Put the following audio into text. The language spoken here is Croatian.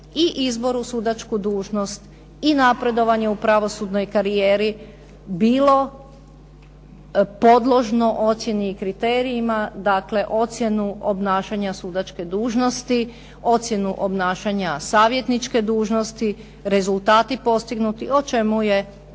i izbor u sudačku dužnost i napredovanje u pravosudnoj karijeri bilo podložno ocjeni i kriterijima, dakle ocjenu obnašanja sudačke dužnosti, ocjenu obnašanja savjetničke dužnosti, rezultati postignuti o čemu je